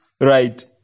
right